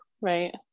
right